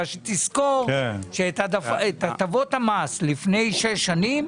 ותזכור שבג"ץ עמד לסגור לחלוטין את הטבות המס לפני שש שנים,